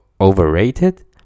overrated